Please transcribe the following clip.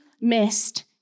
missed